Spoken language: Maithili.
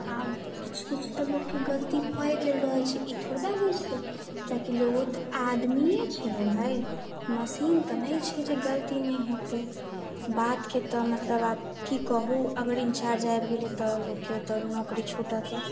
आब किछु किछु तऽ लोकके गलती होए गेल रहै छै ई थोड़बै होइ छै कियाकि ओहो तऽ आदमिये ने छियै भाइ मशीन तऽ नहि छै जे गलती नहि हेतै बात के तऽ मतलब आब की कहुँ अगर इन्चार्ज आबि गेलै तऽ लोककेॅं तऽ नौकरी छुटऽ के